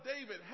David